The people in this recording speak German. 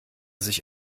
sich